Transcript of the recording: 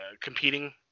competing